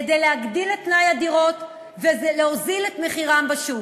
כדי להגדיל את מלאי הדירות ולהוזיל את מחירן בשוק.